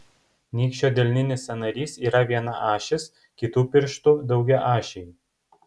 nykščio delninis sąnarys yra vienaašis kitų pirštų daugiaašiai